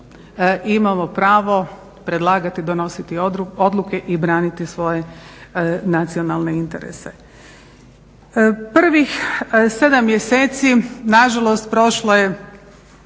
imamo pravo predlagati, donositi odluke i braniti svoje nacionalne interese. Prvih 7 mjeseci nažalost prošlo je